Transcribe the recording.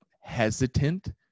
hesitant